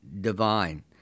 divine